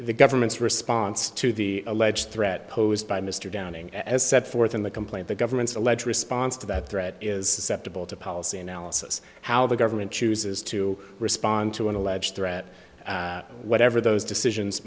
the government's response to the alleged threat posed by mr downing as set forth in the complaint the government's alleged response to that threat is susceptible to policy analysis how the government chooses to respond to an alleged threat whatever those decisions